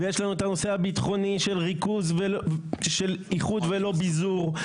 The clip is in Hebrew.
ויש לנו את הנושא הביטחוני של ריכוז ושל איחוד ולא ביזור,